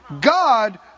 God